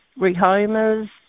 rehomers